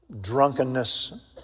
drunkenness